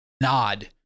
nod